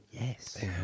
Yes